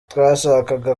twashakaga